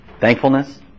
Thankfulness